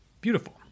beautiful